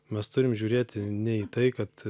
mes turim žiūrėti ne į tai kad